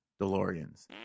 DeLoreans